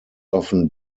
often